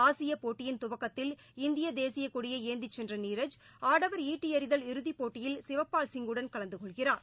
ஆசிய போட்டியின் துவக்கத்தில் இந்திய தேசிய கொடியை ஏந்தி சென்ற நீரஜ் ஆடவர் ஈட்டி எறிதல் இறுதி போட்டியில் சிவபால் சிங்குடன் கலந்து கொள்கிறார்